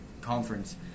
conference